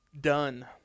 done